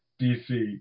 DC